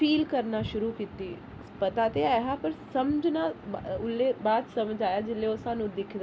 feel करना शुरू कीती पता ते ऐ हा पर समझ न ओल्लै बाद समझ आया जेल्लै ओह् सानू दिखदा ऐ